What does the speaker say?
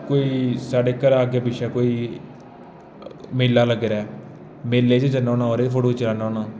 कोई साढ़े घर अग्गें पिच्छें कोई मेला लग्गे दा ऐ मेले च जन्ना होन्ना ओह्दे बी फोटो खिच्ची लैन्ना होन्ना